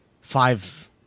Five